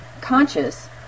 conscious